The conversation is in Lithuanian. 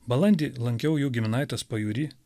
balandį lankiau jų giminaites pajūry